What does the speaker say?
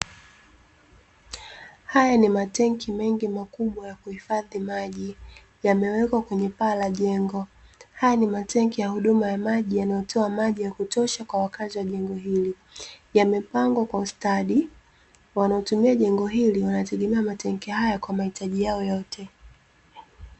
Haya ni matenki mengi makubwa ya kuhifadhi maji yamewekwa kwenye paa la jengo, haya ni matenki ya huduma ya maji yanayotoa maji ya kutosha kwa wakati wa jengo hili, yamepangwa kwa ustadi, wanaotumia jengo hili wanategemea matenki haya kwa mahitaji yao yote.